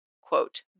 quote